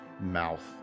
mouth